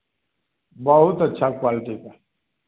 बहुत अच्छा क्वालटी का